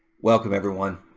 welcome, everyone.